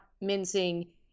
mincing